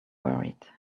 worried